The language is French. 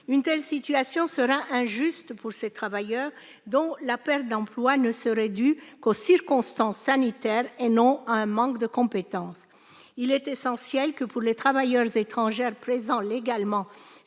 Une telle situation serait injuste pour ces travailleurs dont la perte d'emploi ne serait due qu'aux circonstances sanitaires et non à un manque de compétences. Il est essentiel que, pour les travailleurs étrangers présents légalement